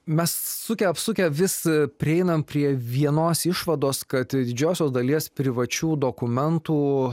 mes sukę apsukę vis prieinam prie vienos išvados kad didžiosios dalies privačių dokumentų